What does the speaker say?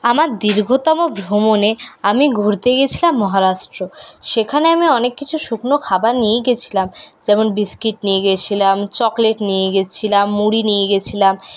আমার দীর্ঘতম ভ্রমণে আমি ঘুরতে গেছিলাম মহারাষ্ট্র সেখানে আমি অনেক কিছু শুকনো খাবার নিয়েই গেছিলাম যেমন বিস্কিট নিয়ে গেছিলাম চকলেট নিয়ে গেছিলাম মুড়ি নিয়ে গেছিলাম